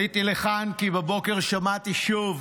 עליתי לכאן כי בבוקר שמעתי שוב